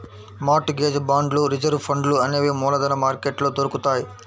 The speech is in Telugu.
మార్ట్ గేజ్ బాండ్లు రిజర్వు ఫండ్లు అనేవి మూలధన మార్కెట్లో దొరుకుతాయ్